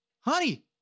Honey